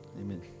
Amen